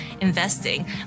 investing